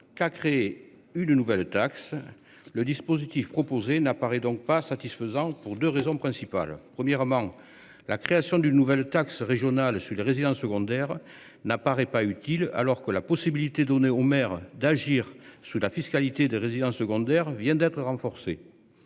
qu'à créer une nouvelle taxe. Le dispositif proposé n'apparaît donc pas satisfaisante pour 2 raisons principales, premièrement la création d'une nouvelle taxe régionale sur les résidences secondaires n'apparaît pas utile, alors que la possibilité donnée aux maires d'agir sur la fiscalité des résidences secondaires vient d'être renforcée.